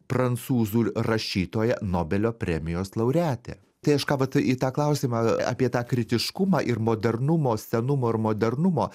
prancūzų rašytoja nobelio premijos laureatė tai aš ką vat į tą klausimą apie tą kritiškumą ir modernumo senumo ir modernumo